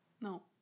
No